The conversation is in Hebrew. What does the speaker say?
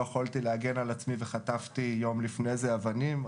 יכולתי להגן על עצמי והחטפתי ליום לפני זה אבנים.